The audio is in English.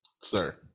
sir